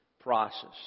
process